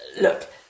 Look